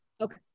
Okay